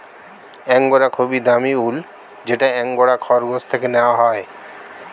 angora খুবই দামি উল যেটা অ্যাঙ্গোরা খরগোশ থেকে নেওয়া হয়